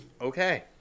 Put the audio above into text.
okay